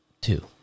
Two